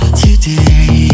today